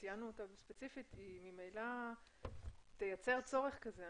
ציינו אותה ספציפית, היא ממילא תייצר צורך כזה.